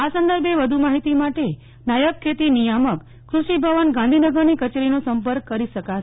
આ સંદર્ભે વધુ માહિતી માટે નાયબ ખેતી નિયામક ક્રષિ ભવન ગાંધીનગરની કચેરીનો સંપર્ક કરી શકાશે